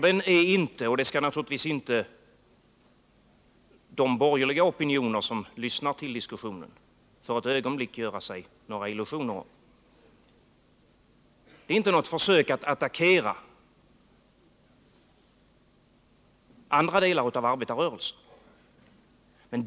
Den är inte — och det skall naturligtvis inte de borgerliga som lyssnar till diskussionen göra sig några illusioner om för ett ögonblick — avsedd att attackera andra delar av arbetarrörelsen.